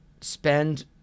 spend